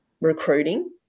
recruiting